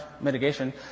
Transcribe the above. mitigation